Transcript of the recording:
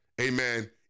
Amen